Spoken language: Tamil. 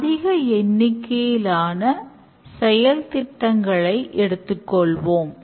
மேலும் பயனாளிகளின் திருப்தி மிக முக்கியம்